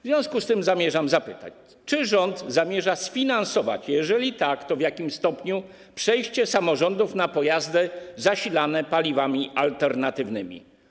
W związku z tym zamierzam zapytać, czy rząd zamierza sfinansować - jeżeli tak, to w jakim stopniu - przejście samorządów na pojazdy zasilane paliwami alternatywnymi.